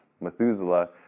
Methuselah